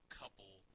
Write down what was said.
couple